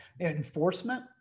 enforcement